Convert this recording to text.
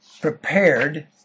prepared